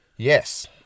Yes